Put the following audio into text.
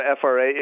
FRA